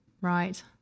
Right